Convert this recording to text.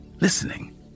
listening